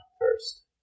first